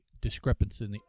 discrepancy